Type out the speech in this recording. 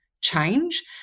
change